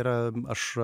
yra aš